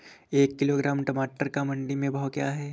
एक किलोग्राम टमाटर का मंडी में भाव क्या है?